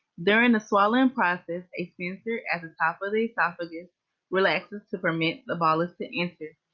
during the swallowing process, a sphincter at the top of the esophagus relaxes to permit the bolus to enter.